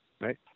right